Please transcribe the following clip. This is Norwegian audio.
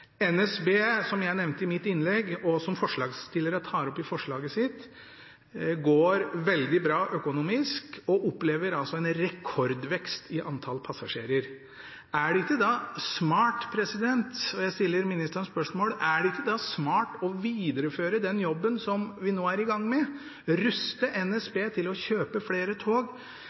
NSB, som jeg nevnte i mitt innlegg, og som forslagsstillerne tar opp i forslaget sitt, går veldig bra økonomisk og opplever en rekordvekst i antall passasjerer. Jeg stiller ministeren spørsmål: Er det ikke da smart å videreføre den jobben som vi nå er i gang med – å ruste